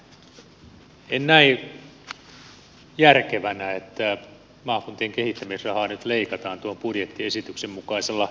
en näe järkevänä että maakuntien kehittämisrahaa nyt leikataan tuon budjettiesityksen mukaisella tavalla